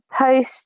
post